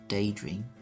Daydream